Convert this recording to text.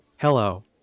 Hello